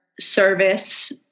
service